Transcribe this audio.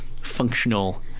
functional